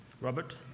Robert